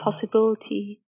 possibility